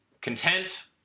content